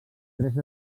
tres